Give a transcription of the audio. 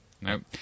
Nope